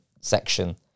section